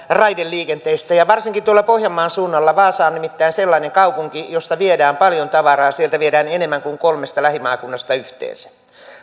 raideliikenteestä varsinkin tuolla pohjanmaan suunnalla vaasa on nimittäin sellainen kaupunki josta viedään paljon tavaraa sieltä viedään enemmän kuin kolmesta lähimaakunnasta yhteensä